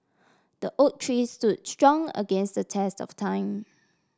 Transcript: the oak tree stood strong against the test of time